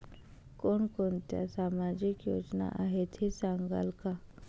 कोणकोणत्या सामाजिक योजना आहेत हे सांगाल का?